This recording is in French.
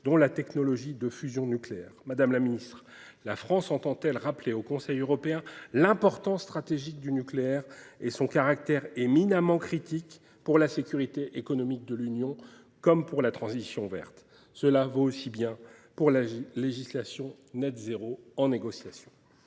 dont la technologie de fusion nucléaire. Madame la secrétaire d’État, la France entend-elle rappeler au Conseil européen l’importance stratégique du nucléaire et son caractère éminemment critique pour la sécurité économique de l’Union comme pour la transition verte ? Cela vaut aussi bien pour la législation « zéro net » en négociation.